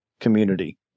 community